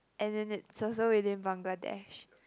and then it's also within Bangladesh